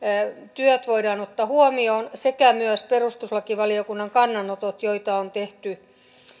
työt voidaan ottaa huomioon sekä myös perustuslakivaliokunnan kannanotot joita on tehty